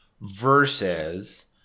versus